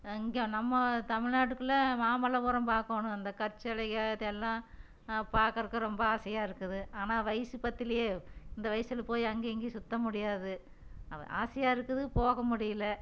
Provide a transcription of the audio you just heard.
இங்கே நம்ம தமிழ்நாட்டுக்குள்ள மாமல்லபுரம் பாக்கணும் அந்த கற்சிலைக அதெல்லாம் பார்க்கறக்கு ரொம்ப ஆசையாக இருக்குது ஆனால் வயசு பத்தலியே இந்த வயஸில் போய் அங்கேயும் இங்கேயும் சுற்ற முடியாது ஆசையாக இருக்குது போக முடியல